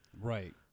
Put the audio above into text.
Right